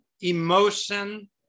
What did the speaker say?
emotion